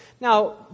Now